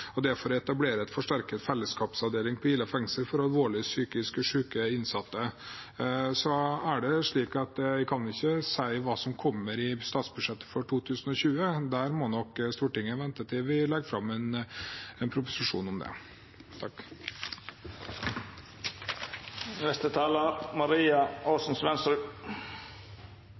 fengsel for alvorlig psykisk syke innsatte. Jeg kan ikke si hva som kommer i statsbudsjettet for 2020 – der må nok Stortinget vente til vi legger fram en proposisjon om det.